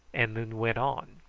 and then went on.